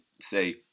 say –